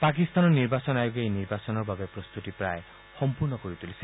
পাকিস্তানৰ নিৰ্বাচন আয়োগে এই নিৰ্বাচনৰ বাবে প্ৰস্তুতি সম্পূৰ্ণ কৰি তুলিছে